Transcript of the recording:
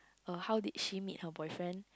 uh how did she meet her boyfriend